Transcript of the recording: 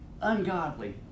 ungodly